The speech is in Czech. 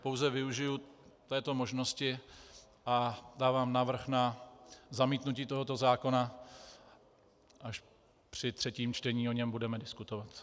Pouze využiji této možnosti a dávám návrh na zamítnutí tohoto zákona, až při třetím čtení o něm budeme diskutovat.